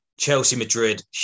Chelsea-Madrid